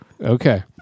Okay